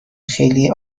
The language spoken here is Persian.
خیلی